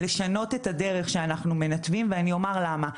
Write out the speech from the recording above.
לשנות את הדרך שאנחנו מנתבים ואני אומר למה.